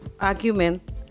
argument